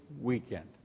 weekend